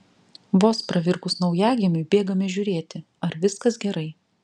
vos pravirkus naujagimiui bėgame žiūrėti ar viskas gerai